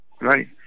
right